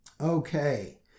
Okay